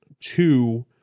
two